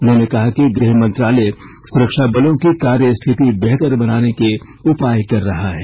उन्होंने कहा कि गृह मंत्रालय सुरक्षाबलों की कार्य स्थिति बेहतर बनाने के उपाय कर रहा है